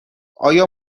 آیا